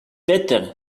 better